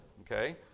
Okay